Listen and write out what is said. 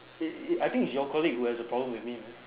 I think is your colleague who has a problem with me man